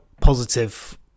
positive